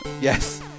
Yes